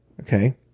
Okay